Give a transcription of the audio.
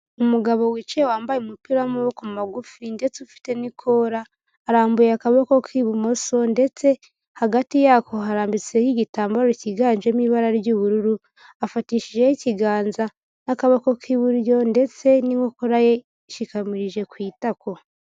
Umugabo wicaye wambaye umupira w'amaboko magufi ndetse ufite n'ikora, arambuye akaboko k'ibumoso ndetse, hagati yako harambitseho igitambaro cyiganjemo ibara ry'ubururu, afatishijeho ikiganza n'akaboko k'iburyo, ndetse n'inkokora ye ishikamirije ku itako.